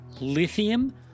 Lithium